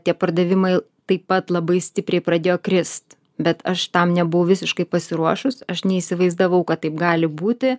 tie pardavimai taip pat labai stipriai pradėjo krist bet aš tam nebuvau visiškai pasiruošus aš neįsivaizdavau kad taip gali būti